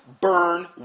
burn